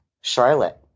Charlotte